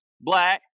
black